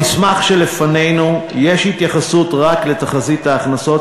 במסמך שלפנינו יש התייחסות רק לתחזית ההכנסות,